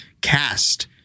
cast